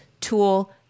Tool